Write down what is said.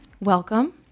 welcome